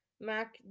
Mac